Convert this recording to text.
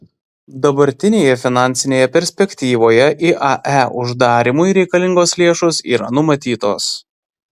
dabartinėje finansinėje perspektyvoje iae uždarymui reikalingos lėšos yra numatytos